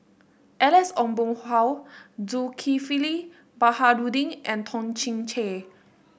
Alex Ong Boon Hau Zulkifli Baharudin and Toh Chin Chye